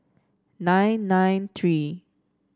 nine nine three